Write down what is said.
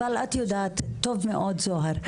אבל את יודעת טוב מאוד זהר,